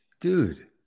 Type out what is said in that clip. dude